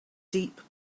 deep